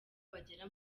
bagera